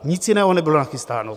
Nic jiného nebylo nachystáno.